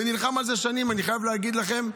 ונלחם על זה שנים, אני חייב להגיד לכם: